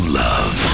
love